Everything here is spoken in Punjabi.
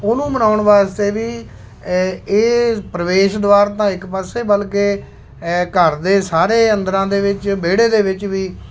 ਉਹਨੂੰ ਮਨਾਉਣ ਵਾਸਤੇ ਵੀ ਏ ਇਹ ਪ੍ਰਵੇਸ਼ ਦੁਆਰ ਤਾਂ ਇੱਕ ਪਾਸੇ ਬਲਕਿ ਘਰ ਦੇ ਸਾਰੇ ਅੰਦਰਾਂ ਦੇ ਵਿੱਚ ਵਿਹੜੇ ਦੇ ਵਿੱਚ ਵੀ